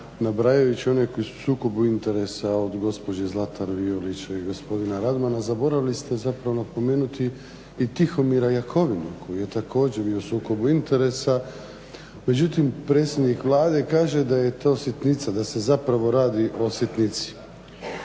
nabrajajući one koji su u sukobu interesa od gospođe Zlatar Violić i gospodina Radmana zaboravili ste zapravo napomenuti i Tihomira Jakovina koji je također i u sukobu interesa. Međutim, predsjednik Vlade kaže da je to sitnica, da se zapravo radi o sitnici.